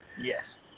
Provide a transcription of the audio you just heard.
Yes